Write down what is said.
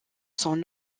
son